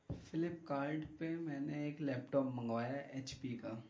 flip cart پہ میں نے ایک لیپ ٹاپ منگوایا ایچ پی کا